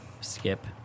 Skip